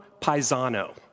Paisano